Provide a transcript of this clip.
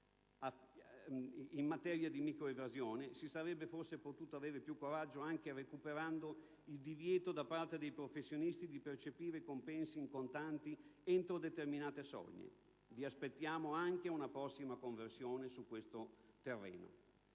In materia di microevasione si sarebbe forse potuto avere più coraggio anche recuperando il divieto per i professionisti di percepire compensi in contanti entro determinate soglie. Aspettiamo una prossima conversione anche su questo terreno.